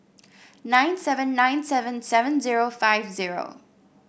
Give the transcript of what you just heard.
nine seven nine seven seven zero five zero